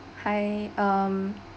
hi um